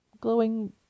glowing